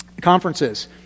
conferences